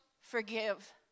forgive